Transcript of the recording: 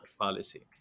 policy